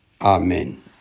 Amen